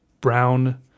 brown